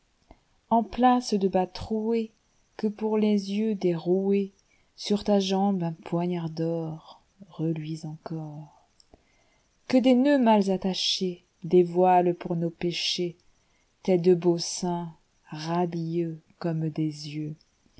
en place de bas troués que pour les yeux des rcjèssur ta jambe un poignard d orreluise encor que des nœuds mal attachésdévoilent pour nos péchéstes deux beaux seins radieuxcomme des yeux